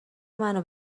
منو